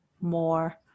more